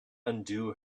undo